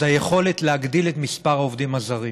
היא היכולת להגדיל את מספר העובדים הזרים